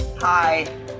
Hi